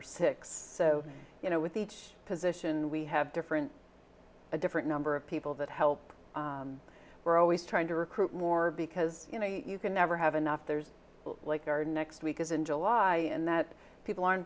or six so you know with each position we have different a different number of people that help we're always trying to recruit more because you know you can never have enough there's like our next week is in july and that people aren't